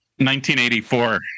1984